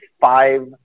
five